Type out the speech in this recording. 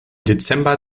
dezember